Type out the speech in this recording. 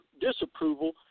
disapproval